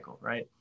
Right